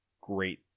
great